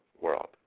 world